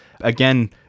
Again